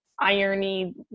irony